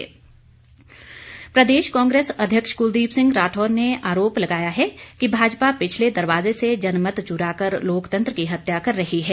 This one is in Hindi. राठौर प्रदेश कांग्रेस अध्यक्ष कुलदीप सिंह राठौर ने आरोप लगाया है कि भाजपा पिछले दरवाजे से जनमत चुराकर लोकतंत्र की हत्या कर रही है